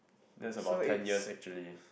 that's about ten years actually